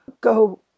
go